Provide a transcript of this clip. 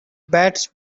beds